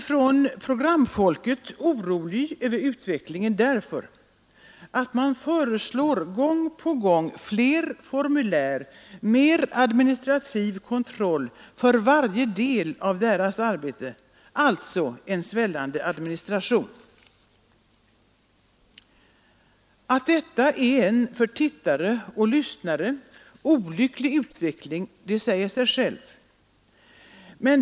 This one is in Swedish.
Från programfolkets sida är man orolig över utvecklingen eftersom det gång på gång föreslås fler formulär, mer administrativ kontroll över varje led av arbetet, alltså en svällande administration. Att detta är en för tittarna och lyssnarna olycklig utveckling säger sig självt.